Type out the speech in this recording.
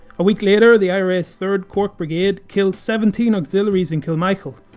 a week later, the ira's third cork brigade killed seventeen auxiliaries in kilmichael.